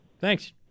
Thanks